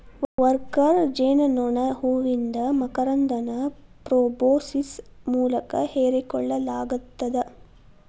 worker ಜೇನನೋಣ ಹೂವಿಂದ ಮಕರಂದನ ಪ್ರೋಬೋಸಿಸ್ ಮೂಲಕ ಹೇರಿಕೋಳ್ಳಲಾಗತ್ತದ